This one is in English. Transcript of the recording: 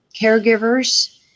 caregivers